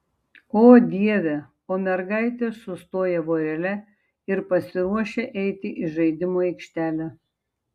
o dieve o mergaitės sustoja vorele ir pasiruošia eiti į žaidimų aikštelę